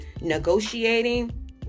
negotiating